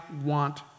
want